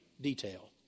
detail